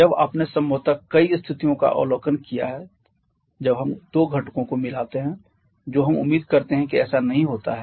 अब आपने संभवतः कई स्थितियों का अवलोकन किया है जब हम दो घटकों को मिलाते हैं जो हम उम्मीद करते हैं कि ऐसा नहीं होता है